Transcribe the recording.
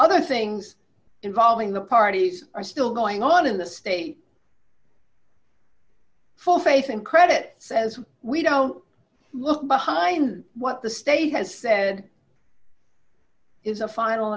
other things involving the parties are still going on in the state full faith and credit says we don't look behind what the state has said is a final